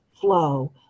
flow